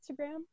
Instagram